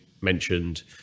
mentioned